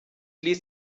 ließ